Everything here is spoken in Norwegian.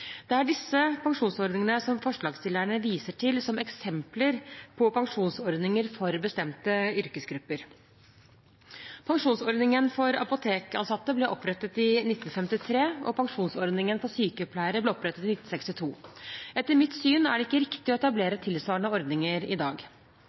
Det er disse pensjonsordningene som forslagsstillerne viser til som eksempler på pensjonsordninger for bestemte yrkesgrupper. Pensjonsordningen for apotekansatte ble opprettet i 1953, og pensjonsordningen for sykepleiere ble opprettet i 1962. Etter mitt syn er det ikke riktig å